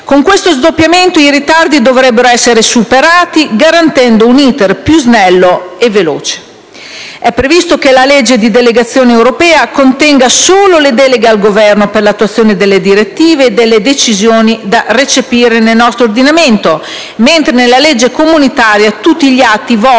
Con questo sdoppiamento i ritardi dovrebbero essere superati, garantendo un *iter* più snello e veloce. È previsto che la legge di delegazione europea contenga solo le deleghe al Governo per l'attuazione delle direttive e delle decisioni da recepire nel nostro ordinamento, mentre la legge comunitaria tutti gli atti volti